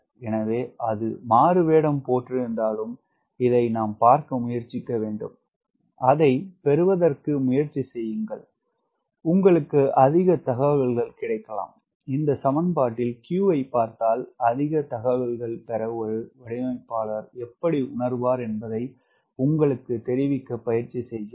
எனவே அது மாறுவேடம் போட்டிருந்தாலும் இதை நாம் பார்க்க முயற்சிக்க வேண்டும் அதை பெறுவதற்கு முயற்சி செய்யுங்கள் உங்களுக்கு அதிக தகவல்கள் கிடைக்கலாம் இந்த சமன்பாட்டில் q ஐ பார்த்தால் அதிக தகவல்கள் பெற ஒரு வடிவமைப்பாளர் எப்படி உணர்வார் என்பதை உங்களுக்கு தெரிவிக்க பயிற்சி செய்கிறேன்